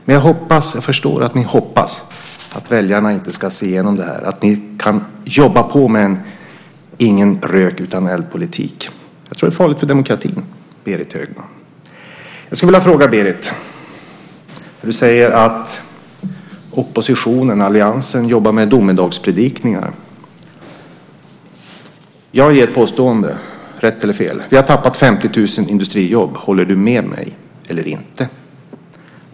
Men jag förstår att ni hoppas att väljarna inte ska se igenom det här och att ni kan jobba på med en ingen-rök-utan-eld-politik. Jag tror att det är farligt för demokratin, Berit Högman. Jag skulle vilja fråga Berit en sak. Du säger att oppositionen, alliansen, jobbar med domedagspredikningar. Jag gör ett påstående - rätt eller fel. Vi har tappat 50 000 industrijobb. Håller du med mig eller inte?